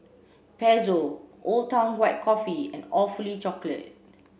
Pezzo Old Town White Coffee and Awfully Chocolate